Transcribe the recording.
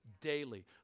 daily